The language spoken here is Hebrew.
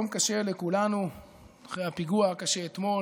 יום קשה לכולנו אחרי הפיגוע הקשה אתמול,